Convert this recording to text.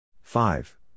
five